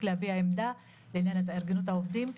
להביע עמדה לעניין התארגנות העובדים,